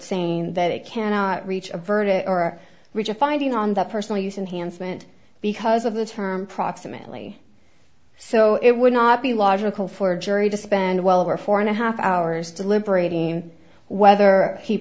saying that it cannot reach a verdict or reach a finding on that personal use enhanced meant because of the term proximately so it would not be logical for a jury to spend well over four and a half hours deliberating whether he